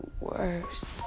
worst